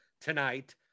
tonight